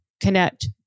connect